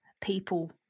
people